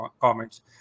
comments